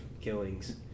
killings